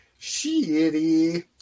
Shitty